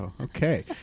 Okay